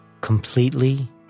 completely